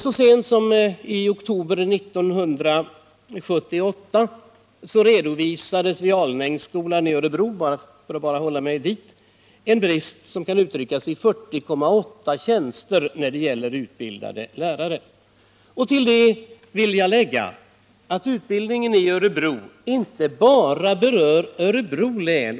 Så sent som i oktober 1978 redovisades t.ex. vid Alnängsskolan i Örebro en brist på utbildade lärare motsvarande 40,8 tjänster. Till det vill jag lägga att utbildningen i Örebro inte bara berör Örebro län.